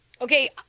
Okay